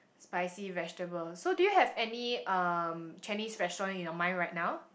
spicy vegetables so do you have any um Chinese restaurant in your mind right now